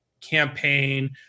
campaign